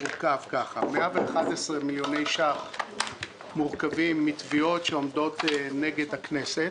מורכב ככה: 111 מיליוני שקלים מורכבים מתביעות שעומדות נגד הכנסת,